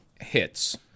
hits